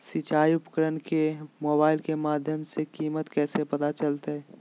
सिंचाई उपकरण के मोबाइल के माध्यम से कीमत कैसे पता चलतय?